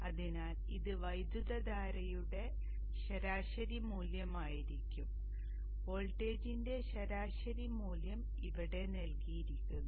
അതിനാൽ ഇത് വൈദ്യുതധാരയുടെ ശരാശരി മൂല്യമായിരിക്കും വോൾട്ടേജിന്റെ ശരാശരി മൂല്യം ഇവിടെ നൽകിയിരിക്കുന്നു